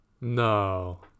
no